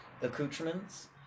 accoutrements